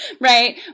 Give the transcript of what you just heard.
right